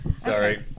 Sorry